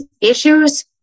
issues